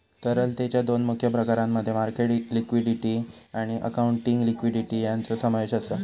तरलतेच्या दोन मुख्य प्रकारांमध्ये मार्केट लिक्विडिटी आणि अकाउंटिंग लिक्विडिटी यांचो समावेश आसा